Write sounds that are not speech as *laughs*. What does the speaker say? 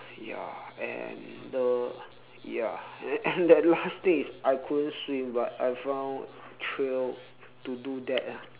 ya and the ya and that *laughs* last thing is I couldn't swim but I found thrill to do that ah